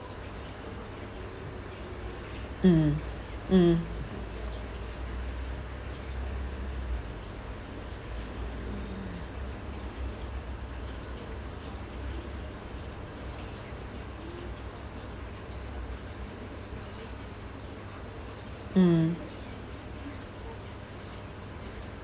mm mm mm